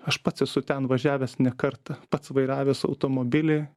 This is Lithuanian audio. aš pats esu ten važiavęs ne kartą pats vairavęs automobilį